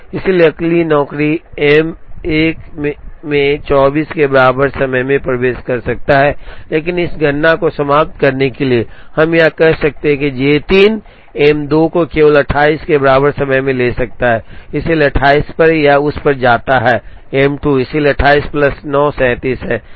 इसलिए अगली नौकरी एम 1 में 24 के बराबर समय में प्रवेश कर सकती है लेकिन इस गणना को समाप्त करने के लिए अब हम कहते हैं कि जे 3 एम 2 को केवल 28 के बराबर समय में ले सकता है इसलिए 28 पर यह उस पर जाता है एम 2 इसलिए 28 प्लस 9 37 है